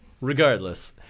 regardless